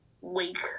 week